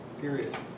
Period